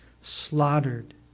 slaughtered